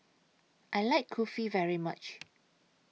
I like Kulfi very much